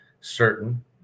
certain